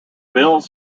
bills